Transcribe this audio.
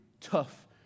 tough